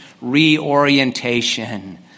reorientation